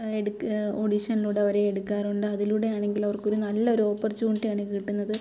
എടുക്ക ഒഡീഷനിലൂടെ അവരെ എടുക്കാറുണ്ട് അതിലൂടെയാണെങ്കിൽ അവർക്കൊരു നല്ലൊരു ഓപ്പർച്യൂണിറ്റി ആണ് കിട്ടുന്നത്